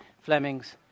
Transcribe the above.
Fleming's